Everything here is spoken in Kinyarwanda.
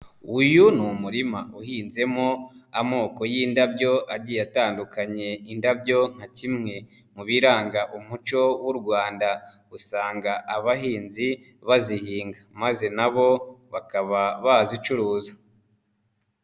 Uyu ni umurima uhinzemo amoko y'indabyo adi atandukanye, indabyo nka kimwe mu biranga umuco w'u rwanda usanga abahinzi bazihinga maze nabo bakaba bazicuruza.